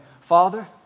Father